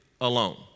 alone